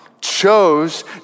chose